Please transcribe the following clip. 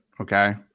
okay